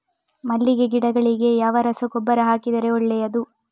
ಮಲ್ಲಿಗೆ ಗಿಡಗಳಿಗೆ ಯಾವ ರಸಗೊಬ್ಬರ ಹಾಕಿದರೆ ಒಳ್ಳೆಯದು?